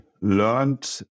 learned